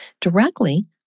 directly